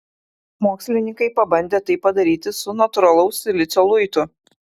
mokslininkai pabandė tai padaryti su natūralaus silicio luitu